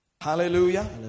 Hallelujah